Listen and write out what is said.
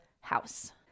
house